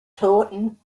taunton